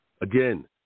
again